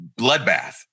bloodbath